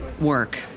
work